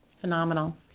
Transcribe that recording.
Phenomenal